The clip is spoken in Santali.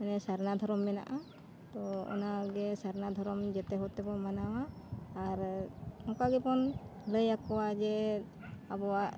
ᱢᱟᱱᱮ ᱥᱟᱨᱱᱟ ᱫᱷᱚᱨᱚᱢ ᱢᱮᱱᱟᱜᱼᱟ ᱛᱚ ᱚᱱᱟ ᱜᱮ ᱥᱟᱨᱱᱟ ᱫᱷᱚᱨᱚᱢ ᱡᱚᱛᱚ ᱦᱚᱲᱛᱮᱵᱚᱱ ᱢᱟᱱᱟᱣᱟ ᱟᱨ ᱚᱱᱠᱟ ᱜᱮᱵᱚᱱ ᱞᱟᱹᱭ ᱟᱠᱚᱣᱟ ᱡᱮ ᱟᱵᱚᱣᱟᱜ